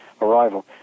arrival